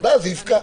ואז זה יפקע.